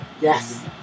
Yes